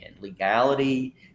legality